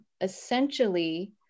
essentially